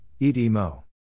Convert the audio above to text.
EDMO